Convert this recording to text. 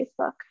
Facebook